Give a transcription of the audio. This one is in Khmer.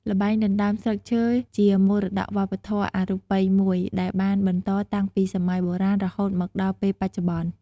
ល្បែងដណ្ដើមស្លឹកឈើជាមរតកវប្បធម៌អរូបីមួយ ដែលបានបន្តតាំងពីសម័យបុរាណរហូតមកដល់ពេលបច្ចុប្បន្ន។